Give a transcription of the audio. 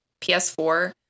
ps4